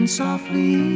softly